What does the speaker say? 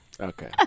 Okay